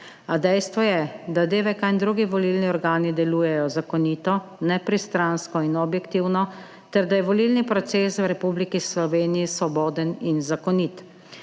dejstvo je, da DVK in drugi volilni organi delujejo zakonito, nepristransko in objektivno ter da je volilni proces v Republiki Sloveniji svoboden in zakonit.